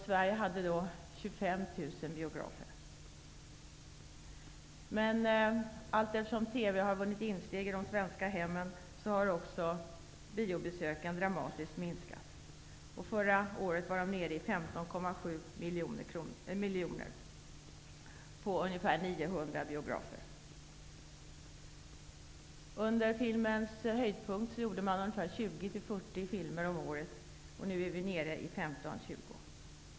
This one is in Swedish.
Sverige hade då Men allteftersom TV har vunnit insteg i de svenska hemmen har biobesöken dramatiskt minskat. Förra året var de nere i 15,7 miljoner besök på ungefär 900 biografer. Under filmens höjdpunkt gjorde man 20--40 filmer om året. Nu är vi nere i 15--20.